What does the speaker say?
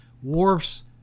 wharf's